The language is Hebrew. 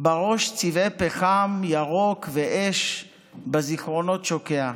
בראש צבעי פחם, / ירוק ואש / בזיכרונות שוקע.